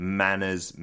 manners